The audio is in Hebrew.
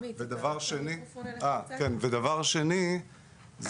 ודבר שני,